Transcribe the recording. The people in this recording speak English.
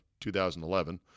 2011